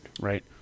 right